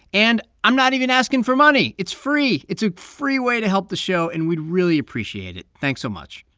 and i'm not even asking for money. it's free. it's a free way to help the show, and we'd really appreciate it. thanks so much.